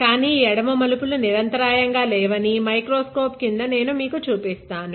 కానీ ఈ ఎడమ మలుపులు నిరంతరాయంగా లేవని మైక్రోస్కోప్ క్రింద నేను మీకు చూపిస్తాను